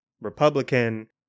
Republican